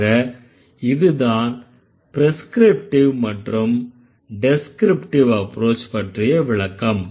ஆக இதுதான் ப்ரெஸ்க்ரிப்டிவ் மற்றும் டெஸ்க்ரிப்டிவ் அப்ரோச் பற்றிய விளக்கம்